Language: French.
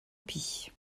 pis